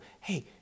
hey